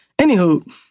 Anywho